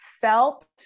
felt